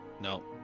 no